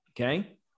okay